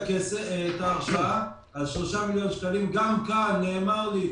כאשר היו השיטפונות הגדולים בעיר נהריה,